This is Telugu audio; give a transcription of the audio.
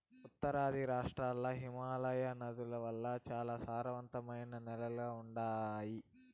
ఉత్తరాది రాష్ట్రాల్ల హిమాలయ నదుల వల్ల చాలా సారవంతమైన నేలలు ఉండాయి